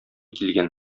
килгән